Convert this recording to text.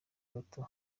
bato